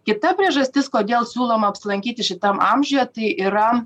kita priežastis kodėl siūloma apsilankyti šitam amžiuje tai yra